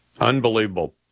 Unbelievable